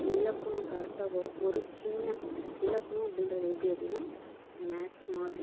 இலக்கணம் கரெக்டாக வரும் ஒரு சின்ன இலக்கணம் அப்படின்றது எப்படி அப்படினா மேக்ஸ் மாதிரி